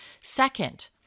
second